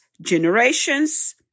generations